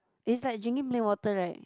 is like drinking plain water right